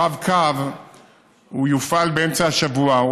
הרב-קו יופעל באמצע השבוע,